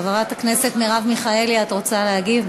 חברת הכנסת מרב מיכאלי, את רוצה להגיב?